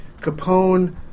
Capone